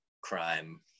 crime